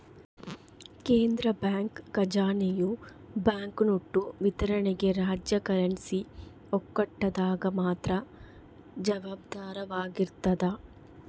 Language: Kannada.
ಕೇಂದ್ರ ಬ್ಯಾಂಕ್ ಖಜಾನೆಯು ಬ್ಯಾಂಕ್ನೋಟು ವಿತರಣೆಗೆ ರಾಜ್ಯ ಕರೆನ್ಸಿ ಒಕ್ಕೂಟದಾಗ ಮಾತ್ರ ಜವಾಬ್ದಾರವಾಗಿರ್ತದ